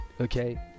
okay